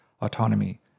autonomy